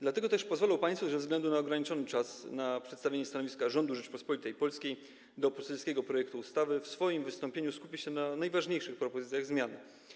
Dlatego też pozwolą państwo, że ze względu na ograniczony czas na przedstawienie stanowiska rządu Rzeczypospolitej Polskiej wobec poselskiego projektu ustawy w swoim wystąpieniu skupię się na najważniejszych propozycjach zmian.